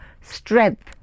strength